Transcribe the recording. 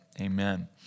Amen